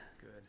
good